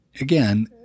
again